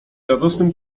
radosnym